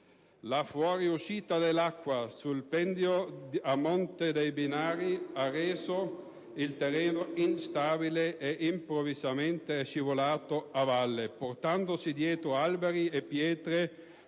La fuoriuscita dell'acqua sul pendio a monte dei binari ha reso instabile il terreno, che improvvisamente è scivolato a valle, portandosi dietro alberi e pietre,